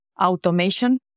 automation